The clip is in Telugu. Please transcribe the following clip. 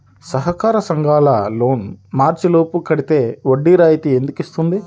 సహకార సంఘాల లోన్ మార్చి లోపు కట్టితే వడ్డీ రాయితీ ఎందుకు ఇస్తుంది?